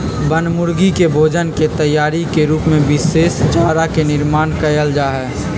बनमुर्गी के भोजन के तैयारी के रूप में विशेष चारा के निर्माण कइल जाहई